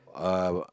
uh